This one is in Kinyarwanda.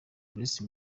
bruce